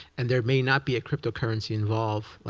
and there may not be a crypto currency involved,